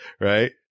right